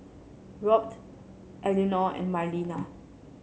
Robt Eleanor and Marlena